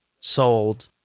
sold